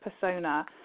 persona